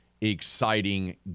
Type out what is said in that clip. exciting